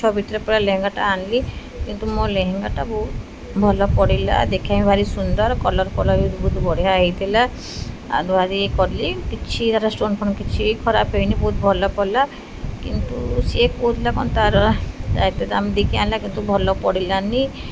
ଛଅ ଭିତରେ ପୁରା ଲେହେଙ୍ଗାଟା ଆଣିଲି କିନ୍ତୁ ମୋ ଲେହେଙ୍ଗାଟା ବହୁତ ଭଲ ପଡ଼ିଲା ଦେଖାଇ ଭାରି ସୁନ୍ଦର କଲର୍ ଫଲର୍ ବି ବହୁତ ବଢ଼ିଆ ହେଇଥିଲା ଆଉ ଧୁଆଧୋଇ କଲି କିଛି ତାର ଷ୍ଟୋନ୍ ଫୋନ୍ କିଛି ଖରାପ ହେଇନି ବହୁତ ଭଲ ପଡ଼ିଲା କିନ୍ତୁ ସିଏ କହୁଥିଲା କ'ଣ ତାର ଦାୟତ୍ୱ ଦାମ୍ ଦେଇକି ଆଣିଲା କିନ୍ତୁ ଭଲ ପଡ଼ିଲାନି